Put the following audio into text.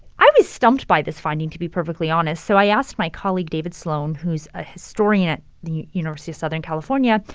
i was stumped by this finding, to be perfectly honest. so i asked my colleague, david sloane, who's a historian at the university of southern california,